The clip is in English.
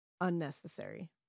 unnecessary